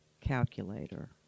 calculator